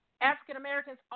African-Americans